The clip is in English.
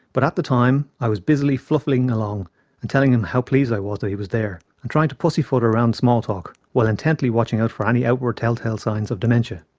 but at the time, i was busily fluffing along and telling him how pleased i was that he was there and trying to pussyfoot around small talk while intently watching ah for any outward tell-tale signs of dementia.